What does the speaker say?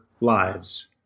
lives